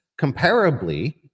comparably